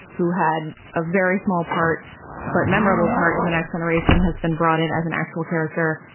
who had a very small part but memorable part in the next generation, has been brought in as an actual character,